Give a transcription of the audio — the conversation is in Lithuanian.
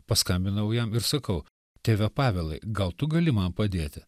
paskambinau jam ir sakau tėve pavelai gal tu gali man padėti